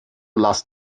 lasst